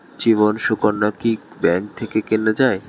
জীবন সুকন্যা কি ব্যাংক থেকে কেনা যায়?